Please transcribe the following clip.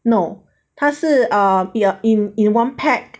no 它是 uh in in one pack